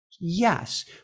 Yes